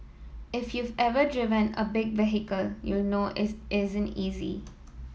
if you've ever driven a big vehicle you'll know it isn't easy